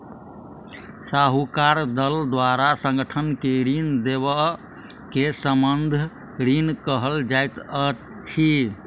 साहूकारक दल द्वारा संगठन के ऋण देबअ के संबंद्ध ऋण कहल जाइत अछि